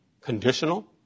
conditional